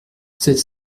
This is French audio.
sept